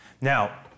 Now